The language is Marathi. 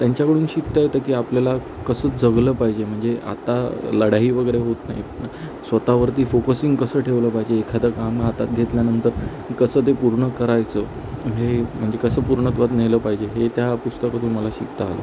त्यांच्याकडून शिकता येतं की आपल्याला कसं जगलं पाहिजे म्हणजे आता लढाई वगैरे होत नाहीत स्वत वरती फोकसिंग कसं ठेवलं पाहिजे एखादं काम हातात घेतल्यानंतर कसं ते पूर्ण करायचं हे म्हणजे कसं पुर्णत्वात नेलं पाहिजे हे त्या पुस्तकातून मला शिकता आलं